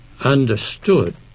understood